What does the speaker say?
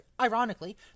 Ironically